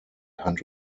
hand